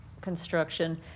construction